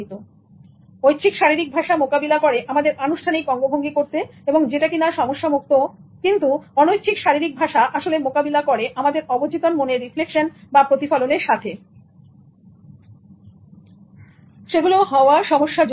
সুতরাং ঐচ্ছিক শারীরিক ভাষা মোকাবিলা করে আমাদের আনুষ্ঠানিক অঙ্গভঙ্গি করতে যেটা কিনা সমস্যামুক্ত কিন্তু অনৈচ্ছিক শারীরিক ভাষা আসলে মোকাবিলা করে আমাদের অবচেতন মনের রিফ্লেকশন বা প্রতিফলনের সাথেসেগুলো হওয়া সমস্যাযুক্ত